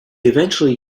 eventually